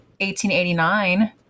1889